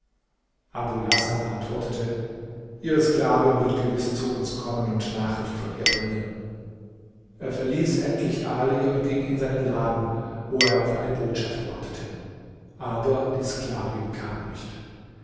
abul hasan antwortete ihre sklavin wird gewiß zu uns kommen und nachricht von ihr bringen er verließ endlich ali und ging in seinen laden wo er auf eine botschaft wartete aber die sklavin kam nicht